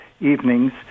evenings